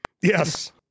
Yes